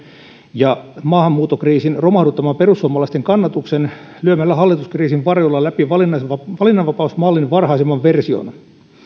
ja maahanmuuttokriisin romahduttaman perussuomalaisten kannatuksen lyömällä hallituskriisin varjolla läpi valinnanvapausmallin varhaisimman version